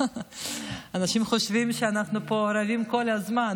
אנשים חושבים שאנחנו פה רבים כל הזמן,